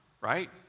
right